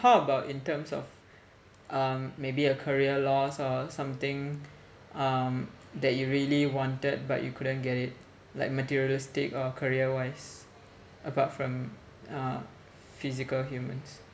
um how about in terms of um maybe a career loss or something um that you really wanted but you couldn't get it like materialistic or career wise apart from uh physical humans